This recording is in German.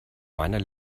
meiner